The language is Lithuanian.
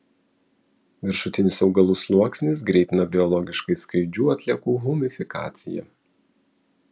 viršutinis augalų sluoksnis greitina biologiškai skaidžių atliekų humifikaciją